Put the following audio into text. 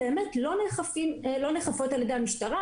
לא נאכפות על ידי המשטרה